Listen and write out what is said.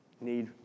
need